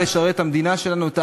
אני קורא לחברי הכנסת,